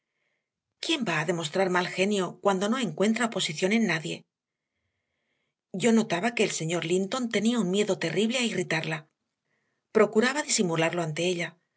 quién va a demostrar mal genio cuando no encuentra oposición en nadie yo notaba que el señor linton tenía un miedo terrible a irritarla procuraba disimularlo ante ella